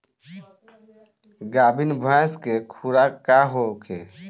गाभिन भैंस के खुराक का होखे?